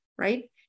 Right